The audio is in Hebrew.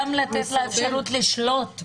גם לתת לה אפשרות לשלוט.